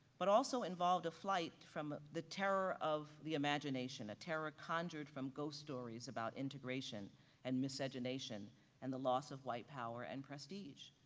but also involved a flight from the terror of the imagination, a terror conjured from ghost stories about integration and miscegenation and the loss of white power and prestige.